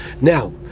Now